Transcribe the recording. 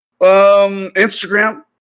instagram